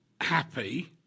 happy